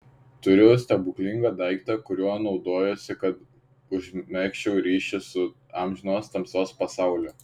turiu stebuklingą daiktą kuriuo naudojuosi kad užmegzčiau ryšį su amžinos tamsos pasauliu